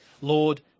Lord